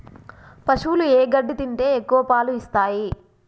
పశువులు ఏ గడ్డి తింటే ఎక్కువ పాలు ఇస్తాయి?